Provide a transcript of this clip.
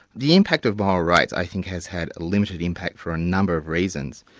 the impact of moral rights i think has had limited impact for a number of reasons.